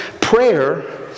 prayer